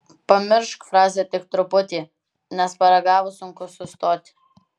pamiršk frazę tik truputį nes paragavus sunku sustoti